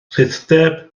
rhithdyb